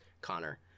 Connor